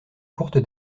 courte